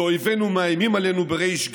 שאויבינו מאיימים עלינו בריש גלי,